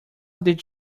did